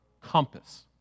compass